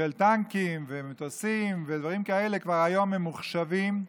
טנקים ומטוסים ודברים כאלה, הם כבר היום ממוחשבים,